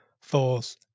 false